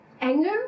anger